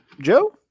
Joe